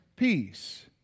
peace